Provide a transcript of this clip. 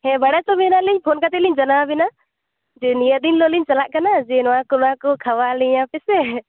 ᱦᱮᱸ ᱵᱟᱲᱟᱭ ᱪᱚ ᱢᱮᱭᱟᱞᱤᱧ ᱯᱷᱳᱱ ᱠᱟᱛᱮᱫ ᱞᱤᱧ ᱡᱟᱱᱟᱣ ᱟᱵᱮᱱᱟ ᱡᱮ ᱱᱤᱭᱟᱹ ᱫᱤᱱ ᱦᱤᱞᱳᱜ ᱞᱤᱧ ᱪᱟᱞᱟᱜ ᱠᱟᱱᱟ ᱡᱮ ᱱᱚᱣᱟ ᱠᱚ ᱱᱚᱣᱟ ᱠᱚ ᱠᱷᱟᱣᱟᱣ ᱞᱤᱧᱟᱹ ᱯᱮᱥᱮ